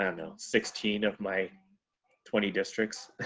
um know sixteen of my twenty districts.